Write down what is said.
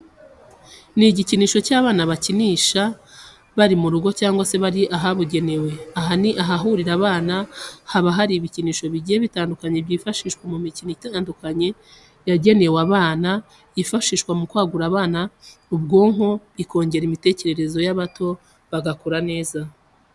Ni igikinisho cy'abana bakinisha bari mu rugo cyangwa se bari ahabugenewe. Aha ni ahahurira abana, haba hari ibikinisho bigiye bitandukanye byifashishwa mu mikino igiye itandukanye yangenewe abana yifashishwa mu kwagura ubwonko bw'abana bikongera imitekerereze y'abato bagakura neza.